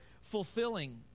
fulfilling